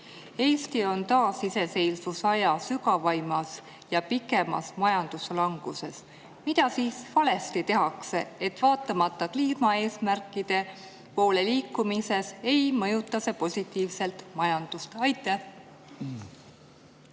Eesti on taasiseseisvusaja sügavaimas ja pikimas majanduslanguses. Mida siis valesti tehakse, et vaatamata kliimaeesmärkide poole liikumisele ei mõjuta see majandust